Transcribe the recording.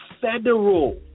federal